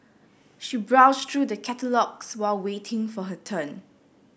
she browsed through the catalogues while waiting for her turn